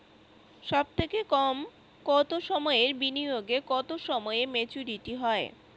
সবথেকে কম কতো সময়ের বিনিয়োগে কতো সময়ে মেচুরিটি হয়?